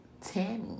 Tammy